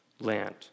land